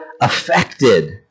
affected